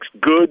good